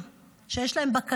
אסור שדיונים האלה יסתיימו בלי הסכם